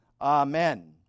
Amen